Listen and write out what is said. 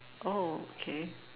oh K